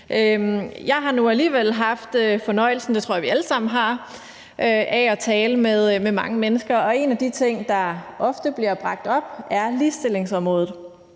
jeg vi alle sammen har – af at tale med mange mennesker, og noget af det, der ofte bliver bragt op, er ligestillingsområdet.